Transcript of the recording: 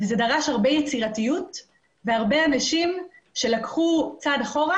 זה דרש הרבה יצירתיות והרבה אנשים שלקחו צעד אחורה